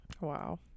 Wow